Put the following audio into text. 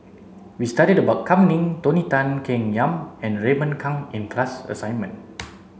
we studied about Kam Ning Tony Tan Keng Yam and Raymond Kang in the class assignment